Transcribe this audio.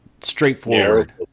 straightforward